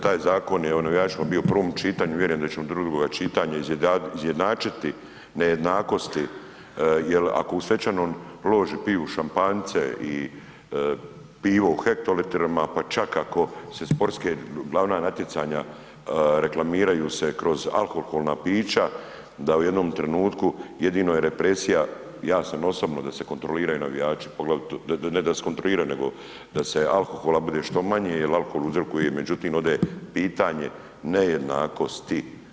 Taj zakon je bio u prvom čitanju vjerujem da ćemo do drugoga čitanja izjednačiti nejednakosti, jer ako u svečanoj loži piju šampanjce i pivo u hektolitrima pa čak ako se sportske glavna natjecanja reklamiraju se kroz alkoholna pića da u jednom trenutku jedino je represija, ja sam osobno da se kontroliraju navijači poglavito, ne da se kontroliraju, nego da alkohola bude što manje jer alkohol uzrokuje, međutim ovdje je pitanje nejednakosti.